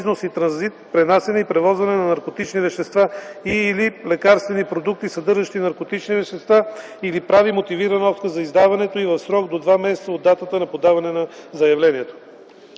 износ и транзит, пренасяне и превозване на наркотични вещества и/или лекарствени продукти, съдържащи наркотични вещества, или прави мотивиран отказ за издаването й в срок до 2 месеца от датата на подаване на заявлението.”